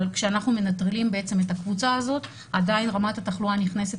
אבל כשאנחנו מנטרלים את הקבוצה הזו עדיין רמת התחלואה הנכנסת